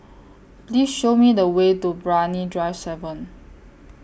Please Show Me The Way to Brani Drive seven